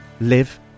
live